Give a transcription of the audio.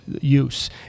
use